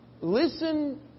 Listen